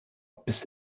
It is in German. bis